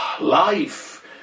life